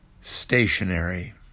stationary